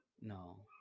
No